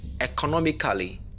economically